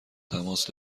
تماس